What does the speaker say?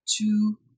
two